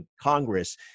Congress